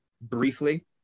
briefly